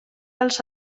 als